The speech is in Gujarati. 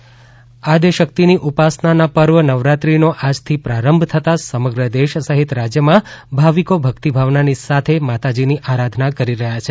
નવરાત્રી આદ્યશક્તિની ઉપસનાના પર્વે નવરાત્રિનો આજથી પ્રારંભ થતા સમગ્ર દેશ સહિતદેશભરમાં રાજયમાં ભાવિકો ભક્તિભાવનાની સાથે માતાજીની આરાધના કરી રહ્યા છે